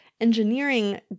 engineering